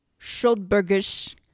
Schuldbergisch